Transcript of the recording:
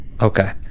Okay